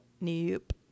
Nope